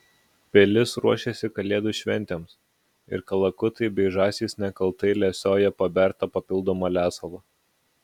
pilis ruošėsi kalėdų šventėms ir kalakutai bei žąsys nekaltai lesiojo pabertą papildomą lesalą